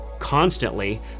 constantly